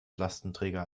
lastenträger